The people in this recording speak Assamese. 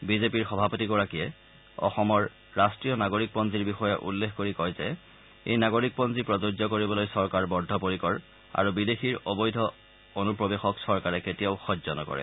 বিজেপিৰ সভাপতিগৰাকীয়ে অসমৰ ৰাষ্টীয় নাগৰিকপঞ্জীৰ বিষয়ে উল্লেখ কৰি কয় যে এই নাগৰিকপঞ্জী প্ৰযোজ্য কৰিবলৈ চৰকাৰ বদ্ধ পৰিকৰ আৰু বিদেশীৰ অবৈধ অনুপ্ৰৱেশক চৰকাৰে কেতিয়াও সহ্য নকৰে